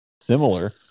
similar